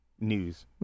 news